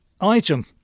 Item